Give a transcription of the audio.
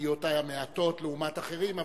ידיעותי המעטות לעומת אחרים,